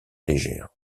légère